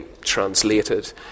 translated